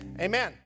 amen